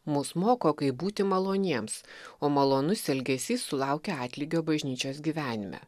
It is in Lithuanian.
mus moko kaip būti maloniems o malonus elgesys sulaukia atlygio bažnyčios gyvenime